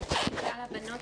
מתוך כלל הבנות,